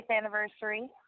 anniversary